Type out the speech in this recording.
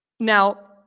Now